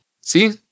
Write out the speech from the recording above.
See